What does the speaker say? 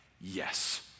Yes